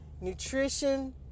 nutrition